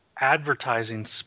advertising